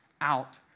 out